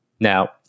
Now